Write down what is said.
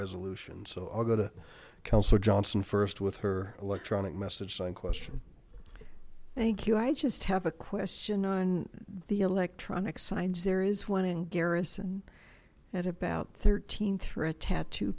resolutions so i'll go to kelso johnson first with her electronic message one question thank you i just have a question on the electronic signs there is one in garrison at about thirteen through a tattoo